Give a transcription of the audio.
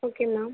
okay ma'am